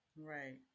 Right